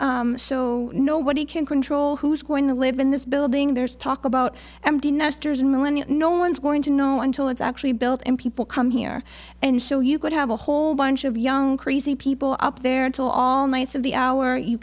so nobody can control who's going to live in this building there's talk about empty nesters and millennia no one's going to know until it's actually built in people come here and show you could have a whole bunch of young crazy people up there until all nights of the hour you